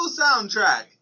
soundtrack